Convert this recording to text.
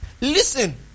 Listen